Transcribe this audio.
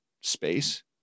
space